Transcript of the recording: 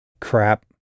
Crap